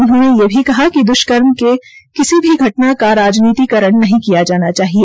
उन्होंने ये भी कहा कि दुष्कर्म की किसी भी घटना का राजनीतिकरण नहीं किया जाना चाहिए